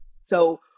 So-